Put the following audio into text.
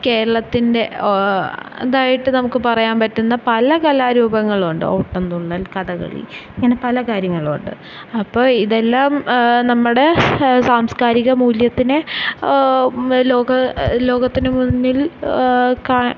കേരളത്തിന്റെ അതായിട്ട് നമുക്ക് പറയാൻ പറ്റുന്ന പല കലാരൂപങ്ങളും ഉണ്ട് ഓട്ടം തുള്ളൽ കഥകളി ഇങ്ങനെ പല കാര്യങ്ങളും ഉണ്ട് അപ്പം ഇതെല്ലാം നമ്മുടെ സാംസ്കാരിക മൂല്യത്തിനെ ലോക ലോകത്തിന് മുന്നില് ക